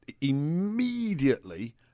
immediately